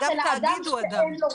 אלא אדם שאין לו רישיון.